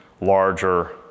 larger